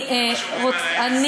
זה מה שאומרים על ה-NSA.